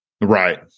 Right